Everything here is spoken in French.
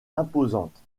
imposante